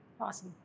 Awesome